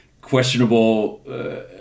questionable